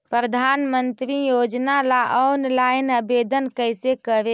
प्रधानमंत्री योजना ला ऑनलाइन आवेदन कैसे करे?